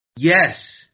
Yes